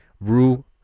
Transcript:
Rue